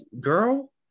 girl